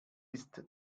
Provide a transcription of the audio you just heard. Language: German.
ist